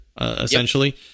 essentially